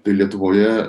tai lietuvoje